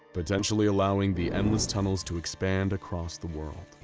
potentially allowing the endless tunnels to expand across the world.